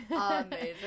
Amazing